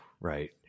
Right